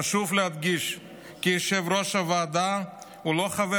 חשוב להדגיש כי יושב-ראש הוועדה הוא לא חבר